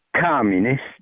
communist